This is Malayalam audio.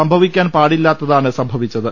സംഭവിക്കാൻ പാടില്ലാത്താണ് സംഭവിച്ചത്